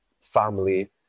family